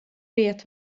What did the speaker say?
vet